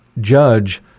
judge